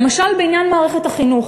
למשל, בעניין מערכת החינוך.